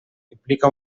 implica